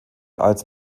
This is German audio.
als